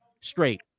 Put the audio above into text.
straight